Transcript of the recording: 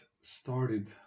started